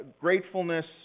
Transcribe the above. gratefulness